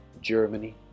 Germany